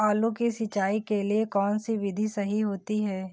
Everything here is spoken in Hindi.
आलू की सिंचाई के लिए कौन सी विधि सही होती है?